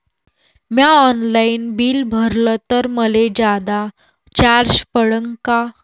म्या online bill भरलं तर मले जादा चार्ज पडन का?